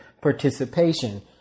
participation